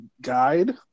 guide